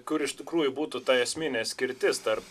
kur iš tikrųjų būtų ta esminė skirtis tarp